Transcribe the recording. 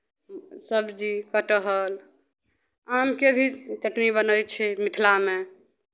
सब्जी कटहर आमके भी चटनी बनै छै मिथिलामे